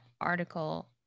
article